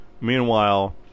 Meanwhile